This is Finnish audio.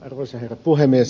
arvoisa herra puhemies